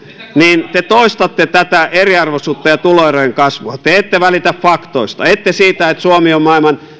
niin te toistatte tätä eriarvoisuutta ja tuloerojen kasvua te ette välitä faktoista ette siitä että suomi on maailman